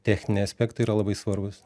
techniniai aspektai yra labai svarbūs